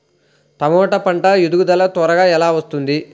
టమాట పంట ఎదుగుదల త్వరగా ఎలా వస్తుంది?